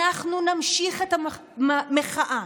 אנחנו נמשיך את המחאה,